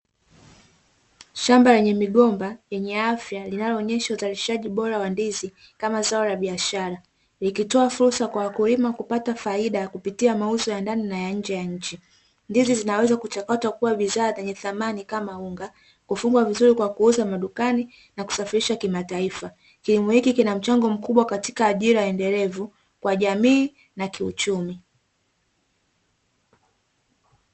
Shamba lenye migomba yenye afya linaloonyesha uzalishaji bora wa ndizi kama zao la biashara. Likitoa fursa kwa wakulima kupata faida kupitia mauzo ya ndani na nje ya nchi. Ndizi zinaweza kuchakatwa kuwa bidhaa zenye thamani kama unga. Kufungwa vizuri kwa kuuzwa madukani na kusafirishwa kimataifa. Kilimo hiki kina mchango mkubwa katika ajira endelevu, kwa jamii na kiuchumi.